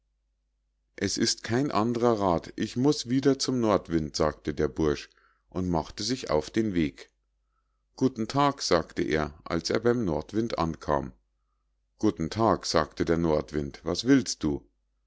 es ist kein andrer rath ich muß wieder zum nordwind sagte der bursch und machte sich auf den weg guten tag sagte er als er beim nordwind ankam guten tag sagte der nordwind was willst du